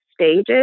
stages